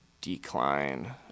decline